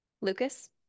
lucas